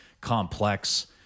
complex